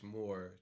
more